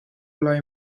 lai